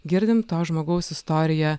girdim to žmogaus istoriją